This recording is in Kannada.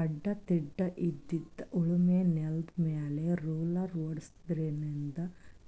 ಅಡ್ಡಾ ತಿಡ್ಡಾಇದ್ದಿದ್ ಉಳಮೆ ನೆಲ್ದಮ್ಯಾಲ್ ರೊಲ್ಲರ್ ಓಡ್ಸಾದ್ರಿನ್ದ